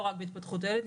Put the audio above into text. לא רק בהתפתחות הילד,